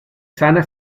sana